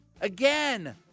again